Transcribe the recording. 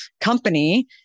company